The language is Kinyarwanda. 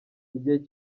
igihe